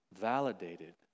validated